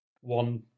one